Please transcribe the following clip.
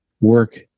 work